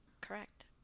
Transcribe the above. Correct